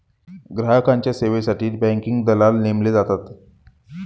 ग्राहकांच्या सेवेसाठी बँकिंग दलाल नेमले जातात